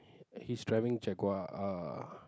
he he's driving Jaguar uh